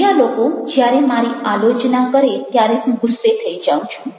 બીજા લોકો જ્યારે મારી આલોચના કરે ત્યારે હું ગુસ્સે થઈ જાઉં છું